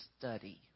Study